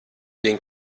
den